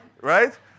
Right